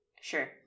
Sure